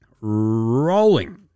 rolling